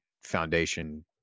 foundation